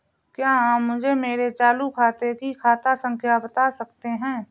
क्या आप मुझे मेरे चालू खाते की खाता संख्या बता सकते हैं?